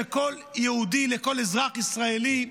על כל יהודי, כל אזרח ישראלי,